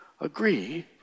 agree